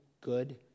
good